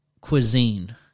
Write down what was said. cuisine